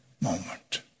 moment